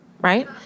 right